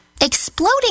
Exploding